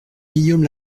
guillaume